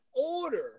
order